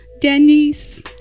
Denise